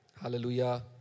Hallelujah